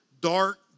dark